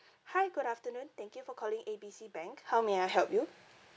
hi good afternoon thank you for calling A B C bank how may I help you